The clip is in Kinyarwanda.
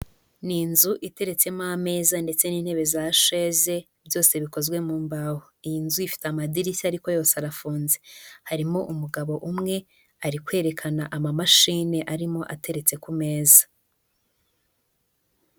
Ni inzu iteretsemo ameza ndetse n'intebe za chaise byose bikozwe mu mbaho. Iyi nzu ifite amadirishya ariko yose arafunze. Harimo umugabo umwe ari kwerekana amamashine arimo ateretse ku meza.